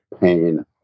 pain